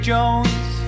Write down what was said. Jones